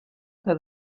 que